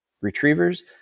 retrievers